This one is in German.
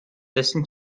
dessen